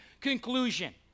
conclusion